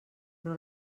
però